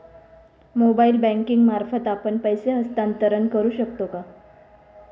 Mobile banking मार्फत आपण पैसे हस्तांतरण करू शकतो का?